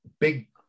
big